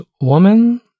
woman